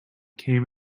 came